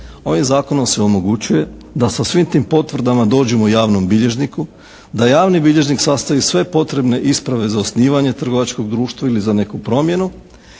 ovim Zakonom se omogućuje da sa svim tim potvrdama dođemo javnom bilježniku, da javni bilježnik sastavi sve potrebne isprave za osnivanje trgovačkog društva ili za neku promjenu